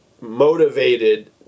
motivated